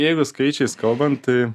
jeigu skaičiais kalbant tai